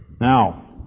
Now